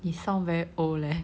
you sound very old leh